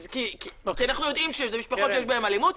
כי אנחנו יודעים שאלה משפחות שיש בהן אלימות,